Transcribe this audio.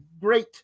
great